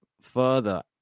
further